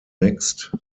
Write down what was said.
mixed